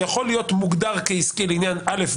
יכול להיות מוגדר כעסקי לעניין א',